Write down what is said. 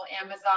Amazon